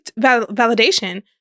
validation